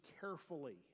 carefully